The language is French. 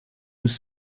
nous